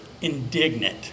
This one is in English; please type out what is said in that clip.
indignant